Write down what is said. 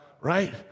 right